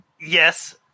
Yes